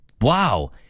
wow